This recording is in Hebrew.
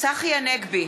צחי הנגבי,